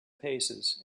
paces